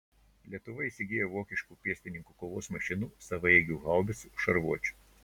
lietuva įsigyja vokiškų pėstininkų kovos mašinų savaeigių haubicų šarvuočių